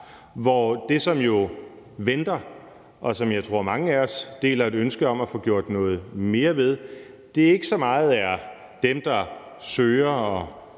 hvor det, som jo venter, og som jeg tror mange af os deler et ønske om at få gjort noget mere ved, ikke så meget er dem, der ansøger om